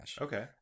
Okay